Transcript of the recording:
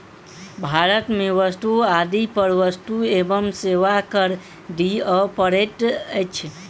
भारत में वस्तु आदि पर वस्तु एवं सेवा कर दिअ पड़ैत अछि